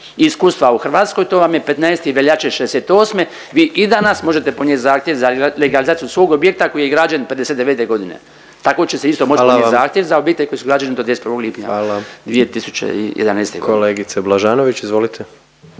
iskustva u Hrvatskoj to vam je 15. veljače '68. Vi i danas možete podnijeti zahtjev za legalizaciju svog objekta koji je građen '59. godine. Tako će se isto moći podnijeti zahtjev za objekte … …/Upadica predsjednik: Hvala vam./…